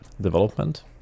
development